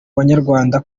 banyarwanda